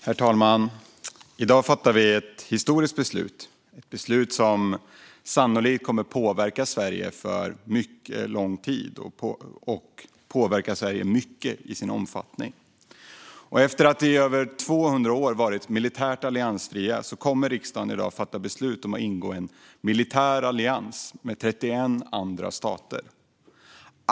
Herr talman! I dag fattar vi ett historiskt beslut. Det är ett beslut som sannolikt kommer att påverka Sverige mycket och göra det över lång tid. Efter att vi i över 200 år varit militärt alliansfria kommer riksdagen i dag att fatta beslut om att ingå i en militär allians med 31 andra stater.